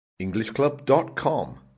EnglishClub.com